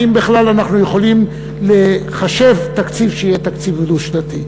האם בכלל אנחנו יכולים לחשב תקציב שיהיה תקציב דו-שנתי.